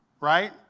Right